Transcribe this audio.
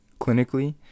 Clinically